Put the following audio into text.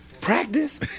Practice